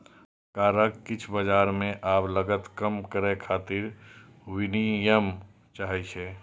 सरकार किछु बाजार मे आब लागत कम करै खातिर विनियम चाहै छै